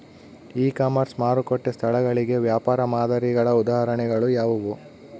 E commerce ಮಾರುಕಟ್ಟೆ ಸ್ಥಳಗಳಿಗೆ ವ್ಯಾಪಾರ ಮಾದರಿಗಳ ಉದಾಹರಣೆಗಳು ಯಾವುವು?